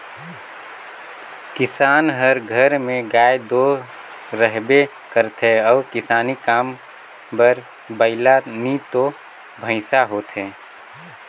किसान कर घर में गाय दो रहबे करथे अउ किसानी काम बर बइला नी तो भंइसा होथे